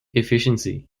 efficiency